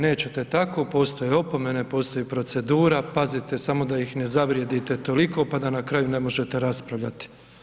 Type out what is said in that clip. Nećete tako postoje opomene, postoje procedura, pazite samo da ih ne zavrijedite toliko pa da na kraju ne možete raspravljati.